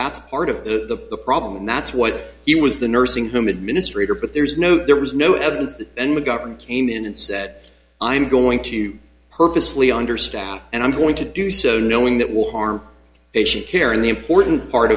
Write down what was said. that's part of the the problem and that's what he was the nursing home administrator but there's no there was no evidence and mcgovern came in and said i'm going to purposely understand and i'm going to do so knowing that will harm patient care in the important part